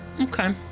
Okay